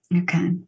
Okay